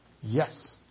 Yes